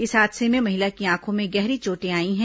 इस हादसे में महिला की आंखों में गहरी चोटे आई हैं